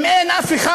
אם אין אף אחד,